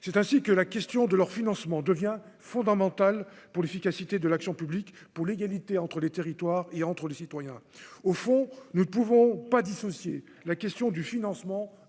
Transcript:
c'est ainsi que la question de leur financement devient fondamental pour l'efficacité de l'action publique pour l'égalité entre les territoires et entre les citoyens, au fond, ne pouvons pas dissocier la question du financement